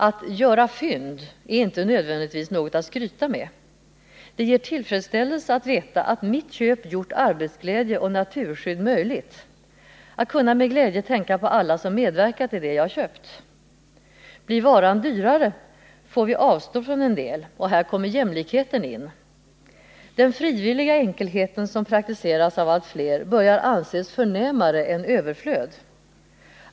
Att ”göra fynd” är inte nödvändigtvis något att skryta med. Det ger tillfredsställelse att veta att mitt köp gjort arbetsglädje och naturskydd möjligt, att kunna med glädje tänka på alla som medverkat i det jag köpt. Blir varan dyrare, får vi avstå från en del. Här kommer jämlikheten in. ”Den frivilliga enkelheten”, som praktiseras av allt fler, börjar anses förnämare än överflöd.